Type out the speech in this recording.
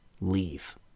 leave